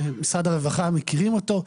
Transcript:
משרד הרווחה מכירים אותו.